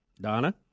Donna